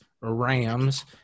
Rams